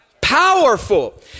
Powerful